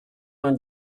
vingt